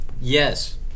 Yes